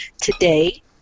Today